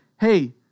hey